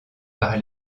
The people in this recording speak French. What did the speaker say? par